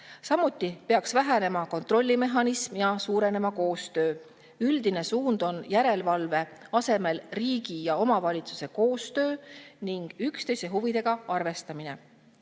Samuti peaks vähenema kontrollimehhanism ja suurenema koostöö. Üldine suund on järelevalve asemel riigi ja omavalitsuse koostöö ning üksteise huvidega arvestamine.